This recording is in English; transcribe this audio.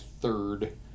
third